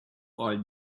old